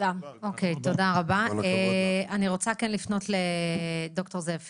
אני רוצה לפנות לד"ר זאב פלדמן,